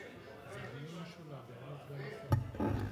מה עם,